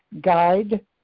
guide